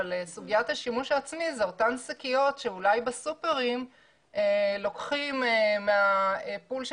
אבל סוגיית השימוש העצמי אלו אותן שקיות שבסופרים לוקחים מהפול של